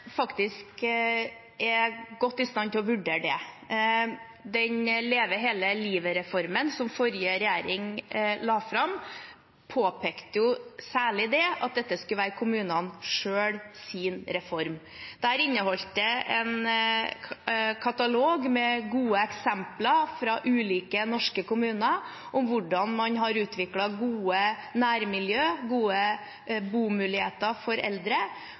godt i stand til å vurdere det. Leve hele livet-reformen, som forrige regjering la fram, påpekte særlig at dette skulle være kommunenes egen reform. Den inneholdt en katalog med gode eksempler fra ulike norske kommuner på hvordan man har utviklet gode nærmiljøer, gode bomuligheter for eldre,